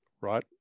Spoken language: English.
right